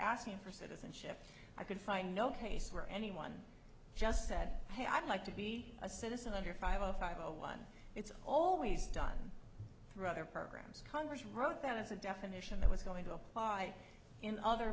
asking for citizenship i could find no case where anyone just said hey i'd like to be a citizen under five zero five zero one it's always done through other programs congress wrote that as a definition that was going to apply in other